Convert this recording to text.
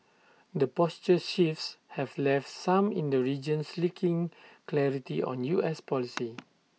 the posture shifts have left some in the region clarity on U S policy